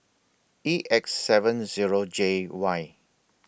E X seven Zero J Y